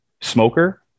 smoker